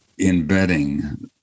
embedding